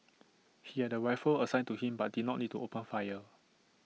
he had A rifle assigned to him but did not need to open fire